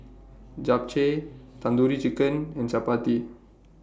Japchae Tandoori Chicken and Chapati